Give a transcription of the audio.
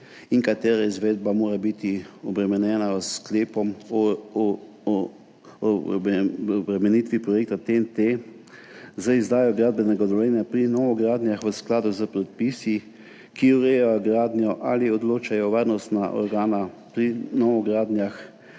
in katerih izvedba mora biti obremenjena s sklepom o obremenitvi projekta TEN-T z izdajo gradbenega dovoljenja pri novogradnjah v skladu s predpisi, ki urejajo gradnjo ali odločajo varnostne organe pri novogradnjah,